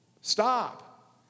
stop